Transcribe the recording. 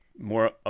More